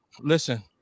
listen